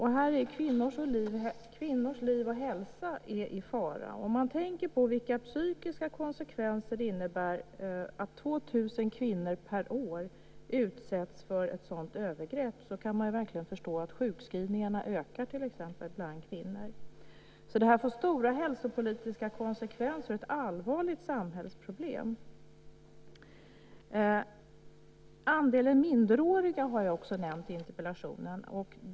Här är kvinnors liv och hälsa i fara. Om man tänker på vilka psykiska konsekvenser det får att 2 000 kvinnor per år utsätts för ett sådant övergrepp kan man verkligen förstå att sjukskrivningarna ökar bland kvinnor. Detta får alltså stora hälsopolitiska konsekvenser och är ett allvarligt samhällsproblem. Andelen minderåriga har jag också nämnt i interpellationen.